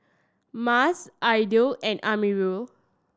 Mas Aidil and Amirul